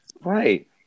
Right